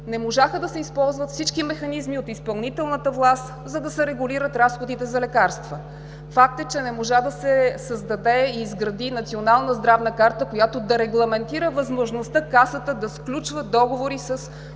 не можаха да се използват всички механизми от изпълнителната власт, за да се регулират разходите за лекарства. Факт е, че не можа да се създаде и изгради Национална здравна карта, която да регламентира възможността Касата да сключва договори с